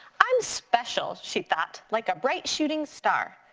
i'm special she thought like a bright shooting star.